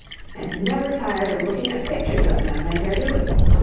and never tired of looking at pictures of them and their doings.